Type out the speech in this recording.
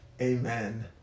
amen